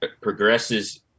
progresses